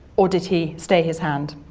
or did he stay his hand?